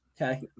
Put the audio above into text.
Okay